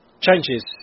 changes